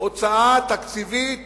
הוצאה תקציבית